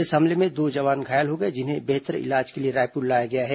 इस हमले में दो जवान घायल हो गए जिन्हे बेहतर इलाज के लिए रायपुर लाया गया है